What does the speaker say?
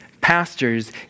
pastors